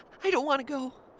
i don't want to go,